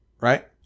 right